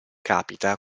capita